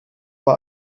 bei